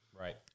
Right